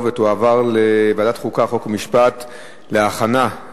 לוועדת החוקה, חוק ומשפט נתקבלה.